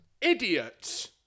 Idiots